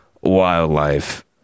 wildlife